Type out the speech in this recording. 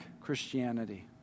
Christianity